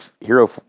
hero